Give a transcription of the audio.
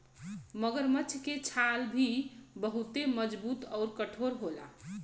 मगरमच्छ के छाल भी बहुते मजबूत आउर कठोर होला